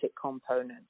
component